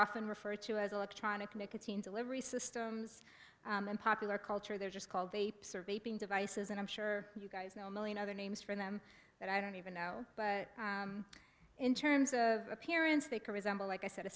often referred to as electronic nicotine delivery systems and popular culture they're just called they surveyed being devices and i'm sure you guys know a million other names from them that i don't even know but in terms of appearance they can resemble like i said a